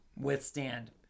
withstand